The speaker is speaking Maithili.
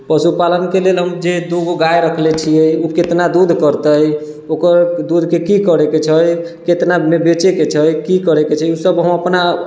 पशुपालनके लेल हम जे दू गो गाय रखले छियै ओ कितना दूध करतै ओकर दूध की की करैके छै कितनामे बेचैके छै की करैके छै ई सब हम अपना